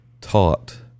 taught